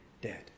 dead